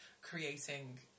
creating